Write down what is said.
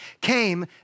came